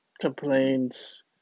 complaints